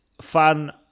fun